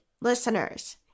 listeners